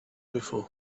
before